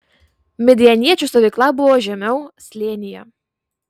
midjaniečių stovykla buvo žemiau slėnyje